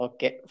Okay